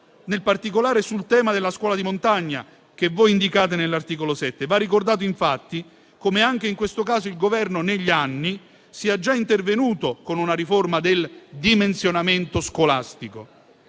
in particolare, sul tema della scuola di montagna, che voi indicate nell'articolo 7. Va ricordato, infatti, come, anche in questo caso, il Governo negli anni sia già intervenuto con una riforma del dimensionamento scolastico